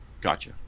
Gotcha